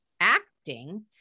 acting